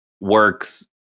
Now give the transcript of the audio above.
works